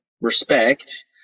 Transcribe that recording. respect